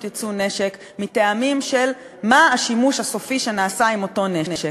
ייצוא נשק מטעמים של השימוש הסופי שנעשה באותו נשק.